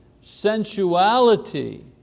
sensuality